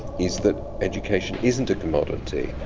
is that education isn't a commodity.